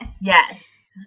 Yes